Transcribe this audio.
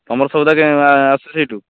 ତୁମର ସଉଦା ଆସୁଛି ସେଇଠୁ